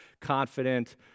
confident